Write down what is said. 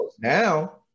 Now